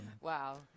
Wow